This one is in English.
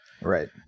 Right